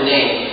Name